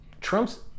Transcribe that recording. Trump's